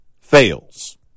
fails